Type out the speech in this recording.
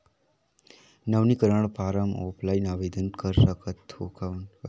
नवीनीकरण form offline आवेदन कर सकत हो कौन?